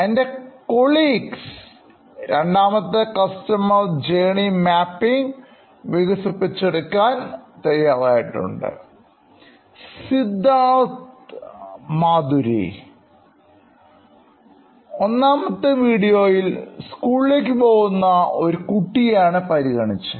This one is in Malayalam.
എൻറെ സഹപ്രവർത്തകർ രണ്ടാമത്തെ കസ്റ്റമർജേർണി മാപ്പിംഗ് വികസിപ്പിച്ചെടുക്കാൻ തയ്യാറായിട്ടുണ്ട് Siddharth Maturi ഒന്നാമത്തെ വീഡിയോയിൽ സ്കൂളിലേക്ക് പോകുന്ന ഒരു കുട്ടിയെയാണ് പരിഗണിച്ചത്